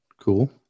Cool